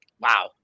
wow